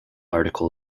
article